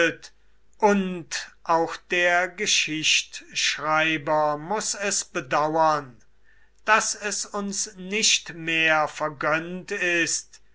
und auch der geschichtschreiber muß es bedauern daß es uns nicht mehr vergönnt ist